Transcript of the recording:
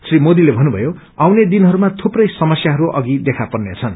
श्री मोदीले भन्नुभयो आउने दिनहरूमा धुप्रै समस्याहरू अधि देखापर्नेछन्